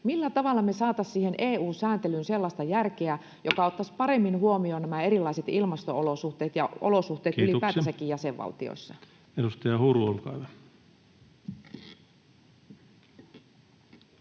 millä tavalla me saataisiin siihen EU-sääntelyyn sellaista järkeä, joka ottaisi paremmin huomioon nämä erilaiset ilmasto-olosuhteet ja olosuhteet ylipäätänsäkin jäsenvaltioissa? Kiitoksia. — Edustaja Huru, olkaa